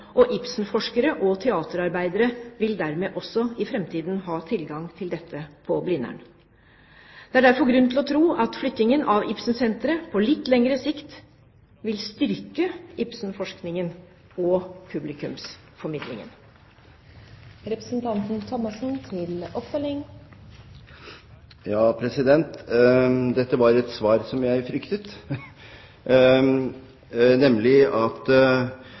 og Ibsen-forskere og teaterarbeidere vil dermed også i framtiden ha tilgang til dette på Blindern. Det er derfor grunn til å tro at flyttingen av Ibsen-senteret på litt lengre sikt vil styrke Ibsen-forskningen og publikumsformidlingen. Dette var et svar som jeg fryktet, nemlig at